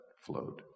flowed